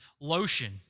lotion